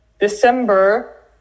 december